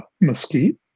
mesquite